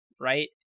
right